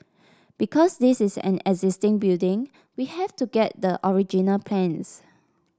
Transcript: because this is an existing building we have to get the original plans